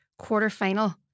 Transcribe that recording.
quarterfinal